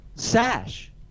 Sash